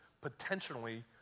potentially